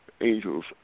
angels